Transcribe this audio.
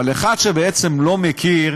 אבל אחד שבעצם לא מכיר,